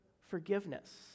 forgiveness